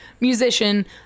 musician